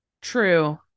True